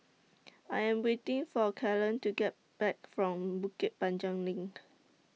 I Am waiting For Kellen to Come Back from Bukit Panjang LINK